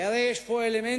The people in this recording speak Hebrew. כי הרי יש פה אלמנטים